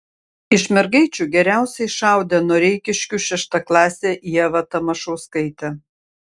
iš mergaičių geriausiai šaudė noreikiškių šeštaklasė ieva tamašauskaitė